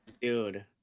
dude